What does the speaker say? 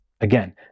Again